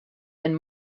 and